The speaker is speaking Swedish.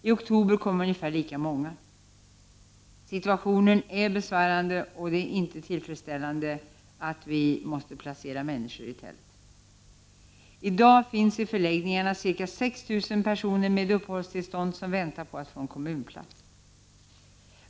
I oktober kom ungefär lika många. Situationen är besvärande, och det är inte tillfredsställande att vi måste placera människor i tält. I dag finns i förläggningarna ca 6 000 personer med uppehållstillstånd, personer som väntar på att få en kommunplats.